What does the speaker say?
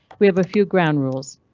we have a few ground rules.